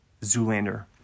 Zoolander